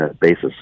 basis